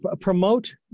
promote